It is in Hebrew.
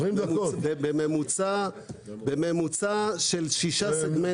בממוצע של שישה סגמנטים.